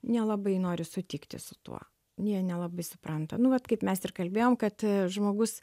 nelabai nori sutikti su tuo jie nelabai supranta nu vat kaip mes ir kalbėjome kad žmogus